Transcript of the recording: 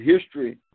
history